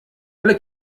alle